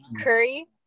curry